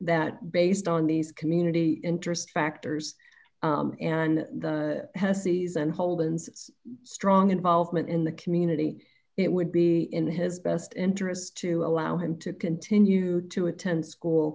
that based on these community interest factors and the season holden's strong involvement in the community it would be in his best interest to allow him to continue to attend school